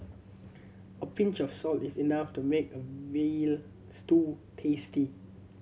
a pinch of salt is enough to make a veal stew tasty